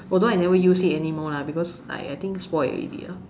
although I never use it anymore lah because I I think spoil already lah